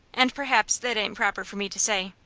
and perhaps that ain't proper for me to say.